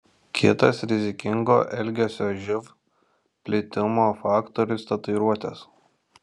kitas rizikingo elgesio živ plitimo faktorius tatuiruotės